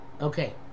Okay